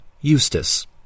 Eustace